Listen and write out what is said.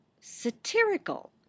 satirical